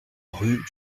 rue